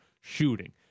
shooting